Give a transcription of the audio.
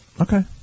Okay